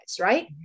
Right